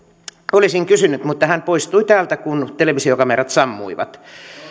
olisin kysynyt oikeusministeriltä mutta hän poistui täältä kun televisiokamerat sammuivat